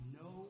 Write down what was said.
no